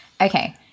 Okay